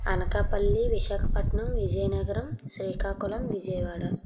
Anakapalli Visakhapatnam Vizianagaram Srikakulam Vijayawada